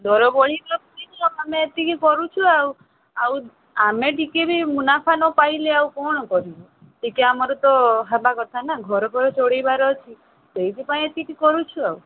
ଦର ବଢ଼ି ଯିବାରୁ ଆମେ ଏତିକି କରୁଛୁ ଆଉ ଆଉ ଅମେ ଟିକିଏବି ମୁନାଫା ନପାଇଲେ ଆମେ କ'ଣ କରିବୁ ଟିକିଏ ଆମର ତ ହେବା କଥା ନା ଘରଦ୍ୱାର ଚଳେଇବାର ଅଛି ସେଇଥିପାଇଁ ଏତିକି କରୁଛୁ ଆଉ